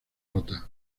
rotas